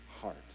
heart